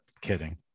kidding